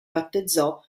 battezzò